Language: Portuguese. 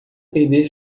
perder